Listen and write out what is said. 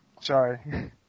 Sorry